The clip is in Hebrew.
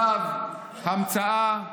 כזב, המצאה,